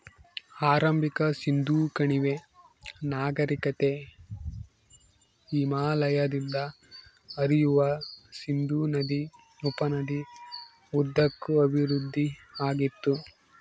ಆರಂಭಿಕ ಸಿಂಧೂ ಕಣಿವೆ ನಾಗರಿಕತೆ ಹಿಮಾಲಯದಿಂದ ಹರಿಯುವ ಸಿಂಧೂ ನದಿ ಉಪನದಿ ಉದ್ದಕ್ಕೂ ಅಭಿವೃದ್ಧಿಆಗಿತ್ತು